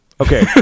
Okay